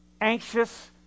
anxious